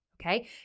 Okay